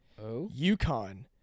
UConn